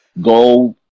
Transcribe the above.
go